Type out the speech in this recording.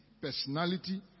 personality